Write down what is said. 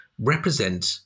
represent